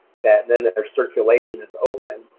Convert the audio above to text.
then their circulation is open.